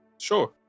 Sure